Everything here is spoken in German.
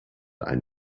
ein